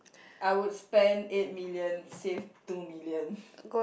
I would spend eight million save two million